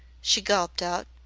she gulped out.